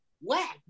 Wow